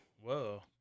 Whoa